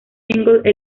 single